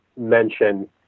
mention